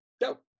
dope